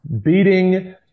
beating